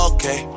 Okay